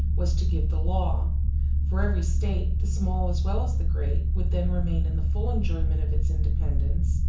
was to give the law for every state, the small as well as the great, would then remain in the full enjoyment of its independence,